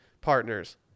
partners